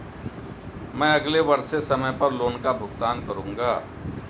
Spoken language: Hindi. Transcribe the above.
मैं अगले वर्ष से समय पर लोन का भुगतान करूंगा